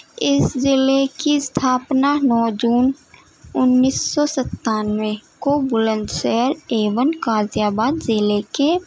اس ضلعے کی استھاپنا نو جون انّیس سو ستانوے کو بلند شہر اے ون غازی آباد ضلعے کے